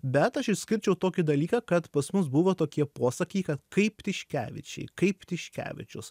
bet aš išskirčiau tokį dalyką kad pas mus buvo tokie posakiai kaip tiškevičiai kaip tiškevičius